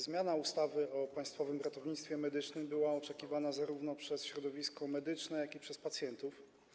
Zmiana ustawy o Państwowym Ratownictwie Medycznym była oczekiwana zarówno przez środowisko medyczne, jak i przez pacjentów.